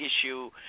issue